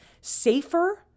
safer